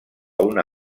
una